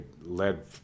led